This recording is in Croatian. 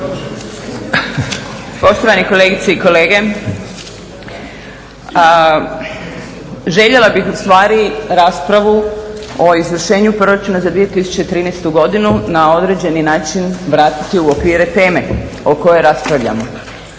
Poštovane kolegice i kolege. Željela bih ustvari raspravu o izvršenju proračuna za 2013. godinu na određeni način vratiti u okvire teme o kojoj raspravljamo,